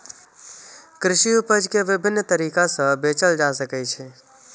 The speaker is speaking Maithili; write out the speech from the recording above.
कृषि उपज कें विभिन्न तरीका सं बेचल जा सकै छै